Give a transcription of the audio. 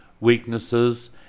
weaknesses